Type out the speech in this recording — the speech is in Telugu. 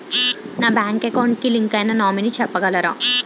నా బ్యాంక్ అకౌంట్ కి లింక్ అయినా నామినీ చెప్పగలరా?